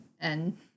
and-